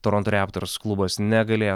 toronto raptors klubas negalėjo